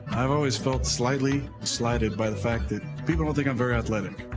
i've always felt slightly slighted by the fact that people don't think i'm very athletic.